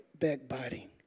backbiting